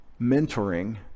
mentoring